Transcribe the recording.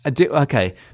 Okay